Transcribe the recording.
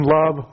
love